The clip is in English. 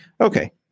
Okay